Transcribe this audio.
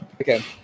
Okay